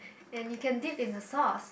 and you can dip in the sauce